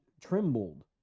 trembled